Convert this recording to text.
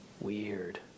Weird